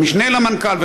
המשנה למנכ"ל,